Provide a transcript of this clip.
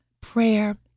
Prayer